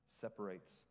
separates